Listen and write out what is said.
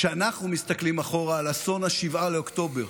כשאנחנו מסתכלים אחורה על אסון 7 באוקטובר,